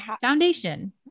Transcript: foundation